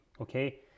okay